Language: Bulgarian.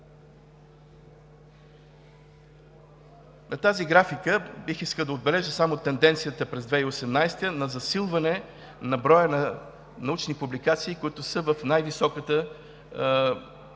На тази графика бих искал да отбележа само тенденцията през 2018 г. на засилване на броя на научни публикации, които са в най-високата първа